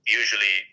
usually